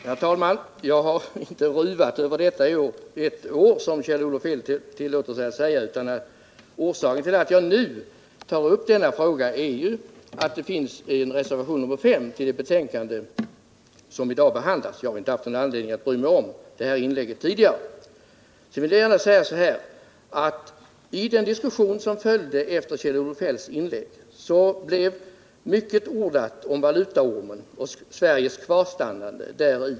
Herr talman! Jag har inte ruvat över detta i ett år som Kjell-Olof Feldt tillåter sig att säga, utan orsaken till att jag nu tar upp denna fråga är reservationen nr 5 till det betänkande som vi behandlar. Jag har inte haft någon anledning att bry mig om inlägget tidigare. Sedan vill jag gärna säga att i den diskussion som följde efter Kjell-Olof Feldts inlägg blev mycket ordat om valutaormen och om Sveriges kvarstannande däri.